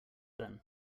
then